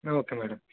okay madam